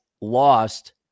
lost